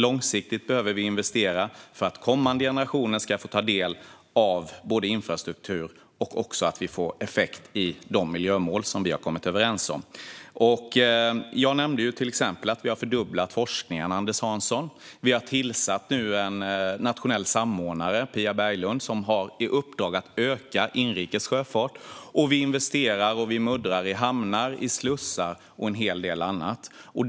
Långsiktigt behöver vi investera, både för att kommande generationer ska få ta del av infrastrukturen och för att vi ska få effekt i de miljömål som vi har kommit överens om. Jag nämnde till exempel att vi har fördubblat forskningen, Anders Hansson. Vi har tillsatt en nationell samordnare, Pia Berglund, som har i uppdrag att öka inrikes sjöfart. Vi investerar och muddrar i hamnar, slussar och en hel del annat.